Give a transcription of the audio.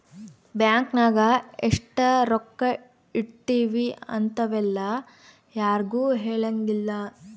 bank ನಾಗ ಎಷ್ಟ ರೊಕ್ಕ ಇಟ್ತೀವಿ ಇಂತವೆಲ್ಲ ಯಾರ್ಗು ಹೆಲಂಗಿಲ್ಲ